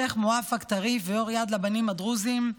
השיח' מוואפק טריף ויו"ר יד לבנים הדרוזים,